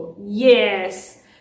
Yes